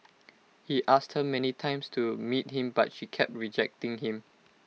he asked many times to meet him but she kept rejecting him